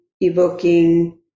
evoking